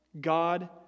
God